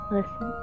Listen